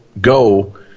go